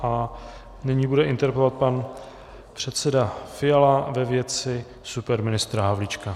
A nyní bude interpelovat pan předseda Fiala ve věci superministra Havlíčka.